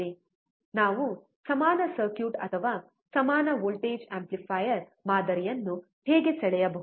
ನಾವು ಸಮಾನ ಸರ್ಕ್ಯೂಟ್ ಅಥವಾ ಸಮಾನ ವೋಲ್ಟೇಜ್ ಆಂಪ್ಲಿಫಯರ್ ಮಾದರಿಯನ್ನು ಹೇಗೆ ಸೆಳೆಯಬಹುದು